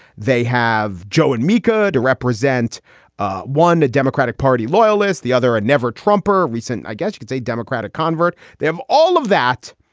they have joe and mika to represent ah one democratic party loyalist, the other a never trumper recent. i guess you could say democratic convert they have all of that.